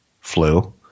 flu